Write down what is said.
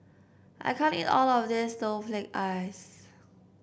I can't eat all of this Snowflake Ice